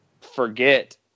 forget